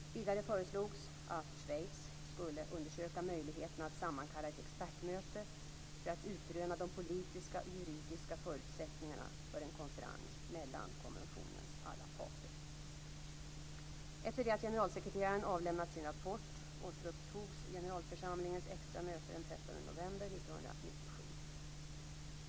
Vidare föreslogs att Schweiz skulle undersöka möjligheterna att sammankalla ett expertmöte för att utröna de politiska och juridiska förutsättningarna för en konferens mellan konventionens alla parter. 13 november 1997.